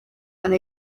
and